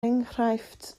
enghraifft